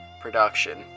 production